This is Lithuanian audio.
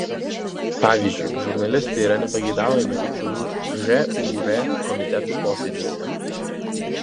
pavyzdžiui žurnalistai yra nepageidaujami kai kurių žūr komitetų posėdžiuose